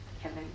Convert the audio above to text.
Kevin